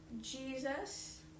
Jesus